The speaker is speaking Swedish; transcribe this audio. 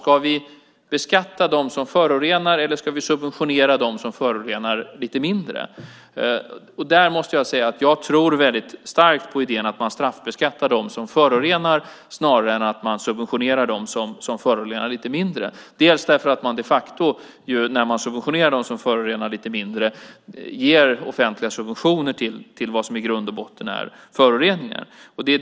Ska vi beskatta dem som förorenar eller subventionera dem som förorenar lite mindre? Jag tror starkt på idén att man straffbeskattar dem som förorenar snarare än att man subventionerar dem som förorenar lite mindre. När man subventionerar dem som förorenar lite mindre ger man de facto offentliga subventioner till vad som i grund och botten är föroreningar.